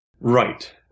right